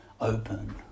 open